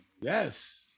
Yes